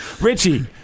Richie